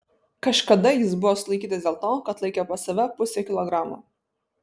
kažkada jis buvo sulaikytas dėl to kad laikė pas save pusę kilogramo